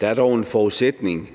Der er dog en forudsætning,